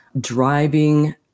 driving